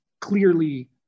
clearly